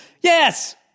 Yes